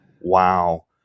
wow